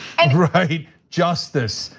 and right? justice,